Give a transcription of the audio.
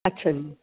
ਅੱਛਾ ਜੀ